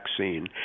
vaccine